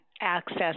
access